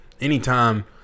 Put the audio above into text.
Anytime